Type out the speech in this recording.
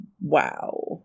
wow